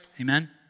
Amen